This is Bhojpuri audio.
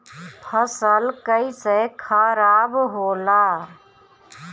फसल कैसे खाराब होला?